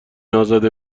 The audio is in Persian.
ازاده